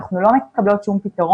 אנחנו לא מקבלות כל פתרון.